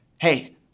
hey